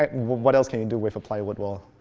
what else can do with a plywood wall?